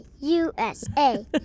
USA